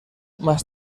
más